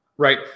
Right